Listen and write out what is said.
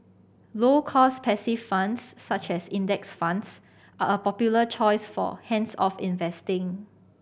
low cost passive funds such as Index Funds are a popular choice for hands off investing